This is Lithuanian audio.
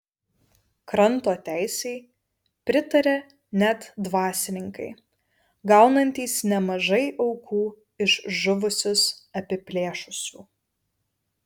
kranto teisei pritarė net dvasininkai gaunantys nemažai aukų iš žuvusius apiplėšusių